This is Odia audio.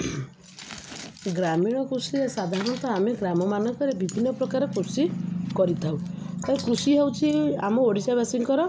ଗ୍ରାମୀଣ କୃଷିରେ ସାଧାରଣତଃ ଆମେ ଗ୍ରାମମାନଙ୍କରେ ବିଭିନ୍ନ ପ୍ରକାର କୃଷି କରିଥାଉ ତ କୃଷି ହଉଛିି ଆମ ଓଡ଼ିଶାବାସୀଙ୍କର